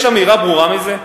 יש אמירה יותר ברורה מזאת?